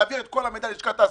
להעביר את כל המידע ללשכת התעסוקה,